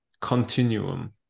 continuum